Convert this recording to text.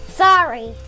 sorry